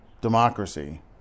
democracy